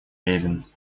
левин